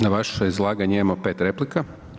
Na vaše izlaganje imamo 5 replika.